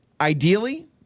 ideally –